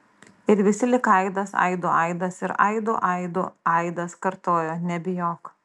ir visi lyg aidas aidų aidas ir aidų aidų aidas kartojo nebijok